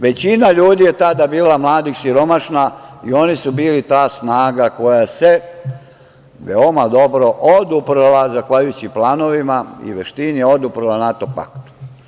Većina ljudi je tada bila mladih siromašnih i oni su ta snaga koja se veoma dobro oduprla zahvaljujući planovima i veštini NATO paktu.